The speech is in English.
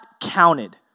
counted